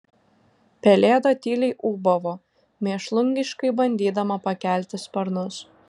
pelėda tyliai ūbavo mėšlungiškai bandydama pakelti sparnus